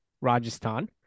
Rajasthan